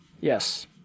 yes